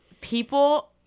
people